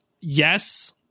yes